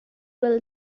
will